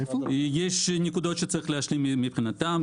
יש נקודות שצריך להשלים מבחינתם,